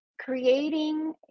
creating